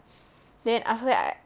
then after that I